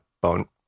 bone